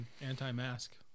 anti-mask